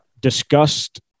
discussed